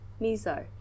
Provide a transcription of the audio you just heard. Miso